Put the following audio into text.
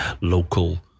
local